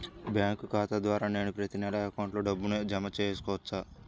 Bank ఖాతా ద్వారా నేను ప్రతి నెల అకౌంట్లో డబ్బులు జమ చేసుకోవచ్చా?